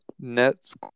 nets